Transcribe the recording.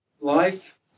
Life